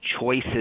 choices